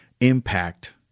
impact